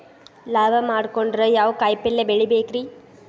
ಲಾಭ ಮಾಡಕೊಂಡ್ರ ಯಾವ ಕಾಯಿಪಲ್ಯ ಬೆಳಿಬೇಕ್ರೇ?